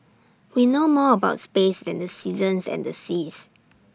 we know more about space than the seasons and the seas